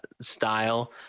style